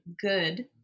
good